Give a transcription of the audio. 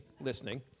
Listening